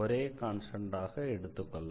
ஒரே கான்ஸ்டன்ட்டாக எடுத்துக்கொள்ளலாம்